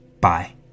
Bye